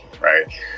Right